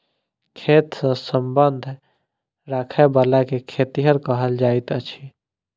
खेत सॅ संबंध राखयबला के खेतिहर कहल जाइत अछि